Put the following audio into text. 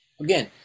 again